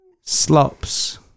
slops